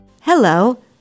Hello